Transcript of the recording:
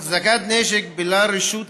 החזקת נשק בלא רשות כדין,